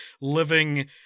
living